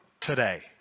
today